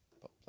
pop